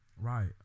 Right